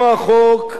חבר הכנסת אורי אריאל,